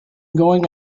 going